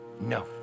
no